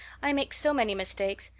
i make so many mistakes.